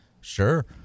sure